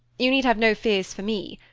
you need have no fears for me.